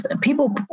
people